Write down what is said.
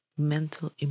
mental